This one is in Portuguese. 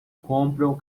compram